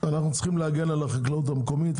אנחנו צריכים להגן על החקלאות המקומית,